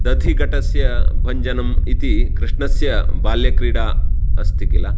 दधिघटस्य भञ्जनम् इति कृष्णस्य बाल्यक्रीडा अस्ति किल